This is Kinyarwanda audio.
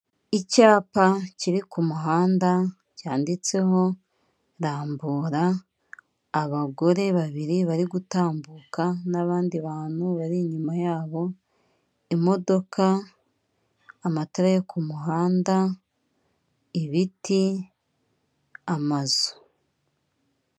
Icyapa kiri k' umuhanda cyanditseho Rambura, abagore babiri bari gutambuka n'abandi bantu bari inyuma yabo, imodoka, amatara yo k' umuhanda ibiti, amazu.